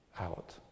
out